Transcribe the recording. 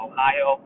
Ohio